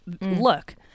look